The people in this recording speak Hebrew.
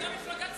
אתם מפלגה ציונית?